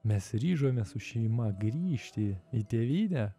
mes ryžomės su šeima grįžti į tėvynę